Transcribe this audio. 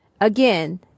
Again